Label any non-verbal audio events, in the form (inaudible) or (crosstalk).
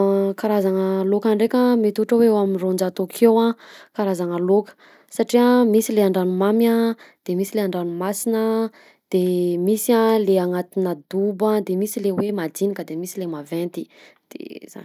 (hesitation) Karazana laoka ndreka mety ohatra hoe eo amy roanjato akeo karazagna laoka satria misy le an-dranomamy a de misy le an-dranomasina de misy a le agnatina dobo de misy le hoe madinika de misy le maventy de zany.